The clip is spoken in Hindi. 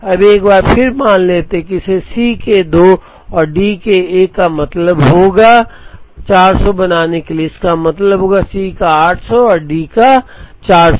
अब एक बार फिर मान लेते हैं कि इसे C के 2 और D के 1 का मतलब होगा मतलब 400 बनाने के लिए इसका मतलब होगा C का 800 और D का 400